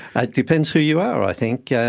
ah it depends who you are i think. yeah